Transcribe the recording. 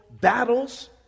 battles